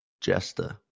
jester